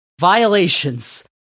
violations